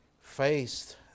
faced